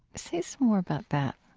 say some more about that